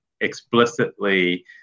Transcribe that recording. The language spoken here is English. explicitly